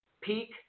Peak